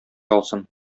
алсын